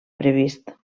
previst